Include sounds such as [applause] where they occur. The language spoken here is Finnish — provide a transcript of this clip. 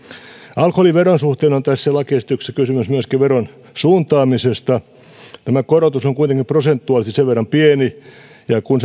alkoholiveron suhteen on tässä lakiesityksessä kysymys myöskin veron suuntaamisesta tämä korotus on kuitenkin prosentuaalisesti sen verran pieni ja kun [unintelligible]